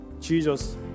Jesus